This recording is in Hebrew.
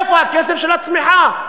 איפה הכסף של הצמיחה?